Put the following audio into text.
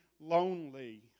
lonely